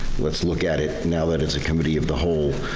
let's look at it, now that it's a committee of the whole,